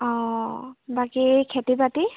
অঁ বাকী খেতি বাতি